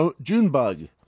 Junebug